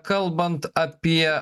kalbant apie